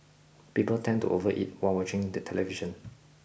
people tend to overeat while watching the television